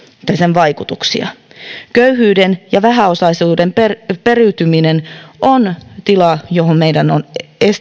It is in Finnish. vaikutuksia köyhyyden ja vähäosaisuuden periytyminen on tila johon meidän on